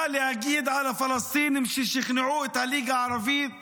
מה להגיד על הפלסטינים, ששכנעו את הליגה הערבית